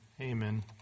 Amen